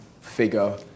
figure